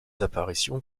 apparitions